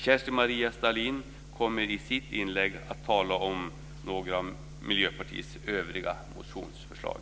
Kerstin Maria Stalin kommer i sitt inlägg att tala om några av Miljöpartiets övriga motionsförslag.